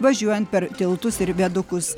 važiuojant per tiltus ir viadukus